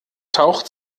taucht